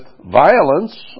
violence